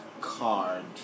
card